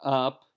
up